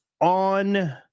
on